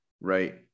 right